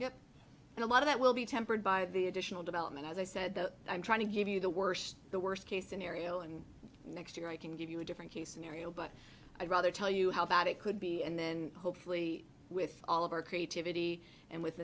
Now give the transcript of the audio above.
absolutely and a lot of that will be tempered by the additional development as i said though i'm trying to give you the worst the worst case scenario and next year i can give you a different case scenario but i'd rather tell you how bad it could be and then hopefully with all of our creativity and with